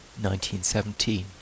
1917